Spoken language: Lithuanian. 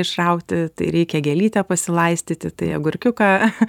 išrauti tai reikia gėlytę pasilaistyti tai agurkiuką